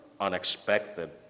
unexpected